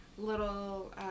little